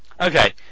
okay